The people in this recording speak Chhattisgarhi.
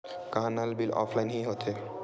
का नल बिल ऑफलाइन हि होथे?